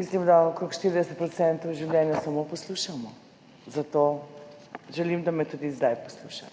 mislim, da okrog 40 % življenja samo poslušamo. Zato želim, da me tudi zdaj poslušate.